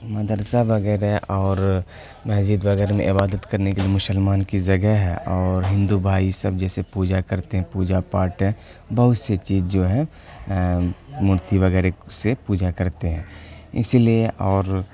مدرسہ وغیرہ اور مسجد وغیرہ میں عبادت کرنے کے لیے مسلمان کی جگہ ہے اور ہندو بھائی سب جیسے پوجا کرتے ہیں پوجا پاٹھ ہے بہت سی چیز جو ہے مورتی وغیرہ سے پوجا کرتے ہیں اسی لیے اور